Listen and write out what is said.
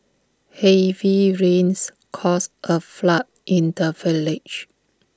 heavy rains caused A flood in the village